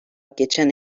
geçen